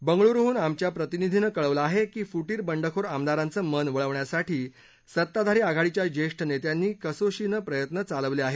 बंगळुरुहून आमच्या प्रतिनिधीनं कळवलं आहे की फुटीर बंडखोर आमदारांचं मन वळवण्यासाठी सत्ताधारी आघाडीच्या ज्येष्ठ नेत्यांनी कसोशीने प्रयत्न चालवले आहेत